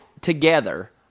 together